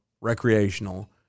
recreational